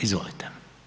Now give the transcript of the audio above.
Izvolite.